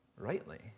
Rightly